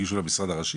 הגישו למשרד הראשי?